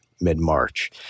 mid-March